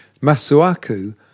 Masuaku